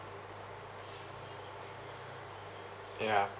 ya